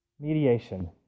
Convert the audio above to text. Mediation